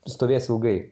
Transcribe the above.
stovės ilgai